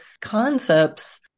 concepts